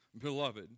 beloved